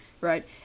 right